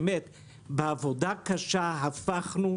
בעבודה קשה הפכנו,